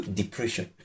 depression